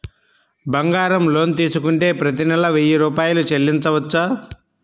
బంగారం లోన్ తీసుకుంటే ప్రతి నెల వెయ్యి రూపాయలు చెల్లించవచ్చా?